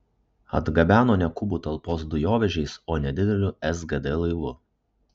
atgabeno ne kubų talpos dujovežiais o nedideliu sgd laivu